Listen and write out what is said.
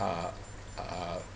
uh uh